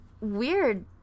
weird